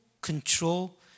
control